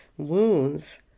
Wounds